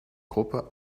gruppe